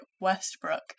Westbrook